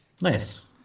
Nice